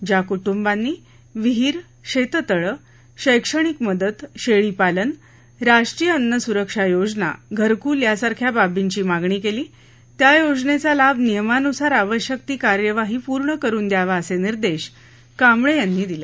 ज्या कुटुंबांनी विहिर शेततळे शैक्षणिक मदत शेळीपालन राष्ट्रीय अन्न सुरक्षा योजना घरकुल यासारख्या बाबींची मागणी केली त्या योजनेचा लाभ नियमानुसार आवश्यक ती कार्यवाही पूर्ण करून द्यावा असे निर्देश कांबळे यांनी यावेळी दिले